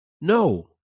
No